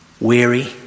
weary